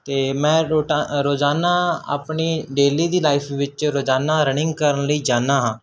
ਅਤੇ ਮੈਂ ਰੋਟਾ ਰੋਜ਼ਾਨਾ ਆਪਣੀ ਡੇਲੀ ਦੀ ਲਾਈਫ ਵਿੱਚ ਰੋਜ਼ਾਨਾ ਰਨਿੰਗ ਕਰਨ ਲਈ ਜਾਂਦਾ ਹਾਂ